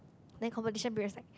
then competition period is like